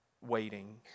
waiting